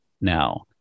Now